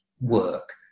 work